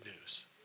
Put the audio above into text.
news